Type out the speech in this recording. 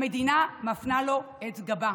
המדינה מפנה לו את גבה.